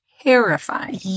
terrifying